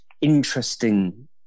interesting